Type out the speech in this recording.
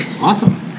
Awesome